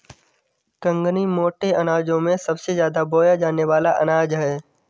कंगनी मोटे अनाजों में सबसे ज्यादा बोया जाने वाला अनाज है